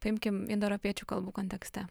paimkim indoeuropiečių kalbų kontekste